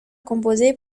composé